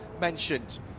mentioned